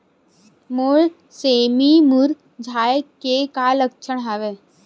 मोर सेमी मुरझाये के का लक्षण हवय?